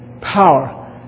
power